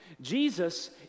Jesus